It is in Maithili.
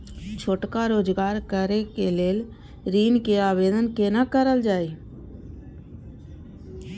छोटका रोजगार करैक लेल ऋण के आवेदन केना करल जाय?